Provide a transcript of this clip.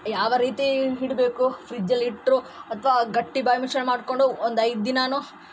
ಯಾವ ರೀತಿ ಇಡಬೇಕು ಫ್ರಿಡ್ಜಲ್ಲಿ ಇಟ್ಟರೂ ಅಥವಾ ಗಟ್ಟಿ ಬಾಯಿ ಮುಚ್ಚಳ ಮಾಡಿಕೊಂಡು ಒಂದು ಐದು ದಿನವೋ